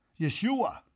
Yeshua